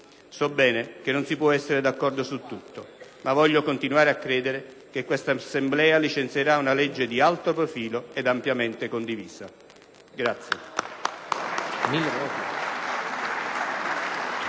So bene che non si può essere d'accordo su tutto, ma voglio continuare a credere che quest'Assemblea licenzierà una legge di alto profilo ed ampiamente condivisa.